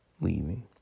Leaving